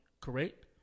correct